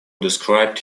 described